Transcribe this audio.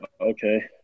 Okay